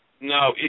No